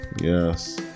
Yes